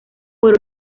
por